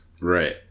Right